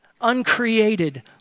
uncreated